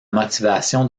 motivation